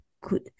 Good